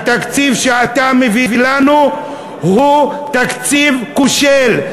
התקציב שאתה מביא לנו הוא תקציב כושל.